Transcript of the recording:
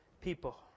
people